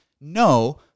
no